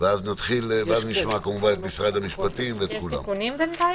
נשמע את משרד המשפטים ואת כולם.